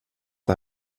det